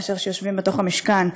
מאלה שיושבים בתוך המשכן.